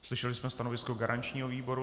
Slyšeli jsme stanovisko garančního výboru.